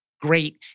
Great